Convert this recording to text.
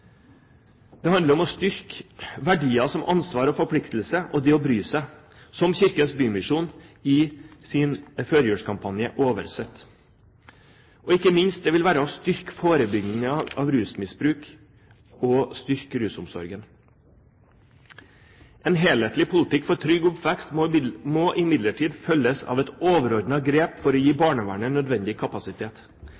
Det handler om å styrke verdier som ansvar og forpliktelse og det å bry seg, som Kirkens Bymisjon i førjulskampanjen «over-z». Og ikke minst: Det vil være å styrke forebyggingen av rusmisbruk og styrke rusomsorgen. En helhetlig politikk for trygg oppvekst må imidlertid følges av et overordnet grep for å gi